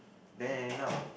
then end up